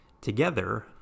Together